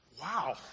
wow